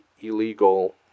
illegal